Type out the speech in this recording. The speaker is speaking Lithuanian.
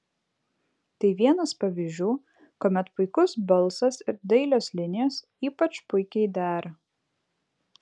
tai vienas pavyzdžių kuomet puikus balsas ir dailios linijos ypač puikiai dera